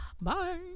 bye